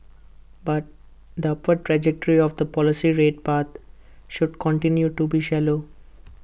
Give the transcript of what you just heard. but the upward trajectory of the policy rate path should continue to be shallow